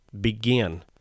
begin